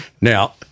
Now